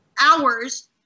hours